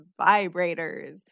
vibrators